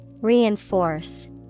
Reinforce